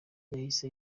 yahise